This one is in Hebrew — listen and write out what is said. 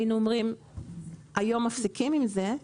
היינו אומרים: היום מפסיקים עם זה,